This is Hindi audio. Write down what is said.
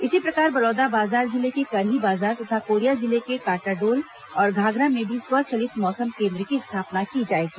इसी प्रकार बलौदाबाजार जिले के करही बाजार तथा कोरिया जिले के काटाडोल और घाघरा में भी स्वचलित मौसम केन्द्र की स्थापना की जाएगी